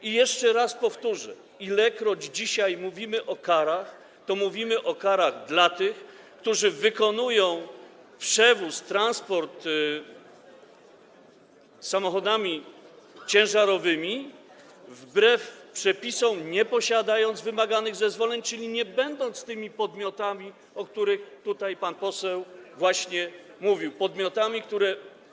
I jeszcze raz powtórzę: Ilekroć dzisiaj mówimy o karach, to chodzi o kary dla tych, którzy wykonują przewóz, transport samochodami ciężarowymi wbrew przepisom, nie posiadając wymaganych zezwoleń, czyli nie będąc tymi podmiotami, o których pan poseł mówił, podmiotami, które.